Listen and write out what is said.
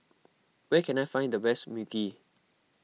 where can I find the best Mui Kee